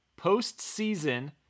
Postseason